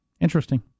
Interesting